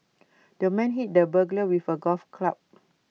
the man hit the burglar with A golf club